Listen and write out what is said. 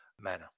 manner